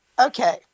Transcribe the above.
Okay